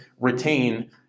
retain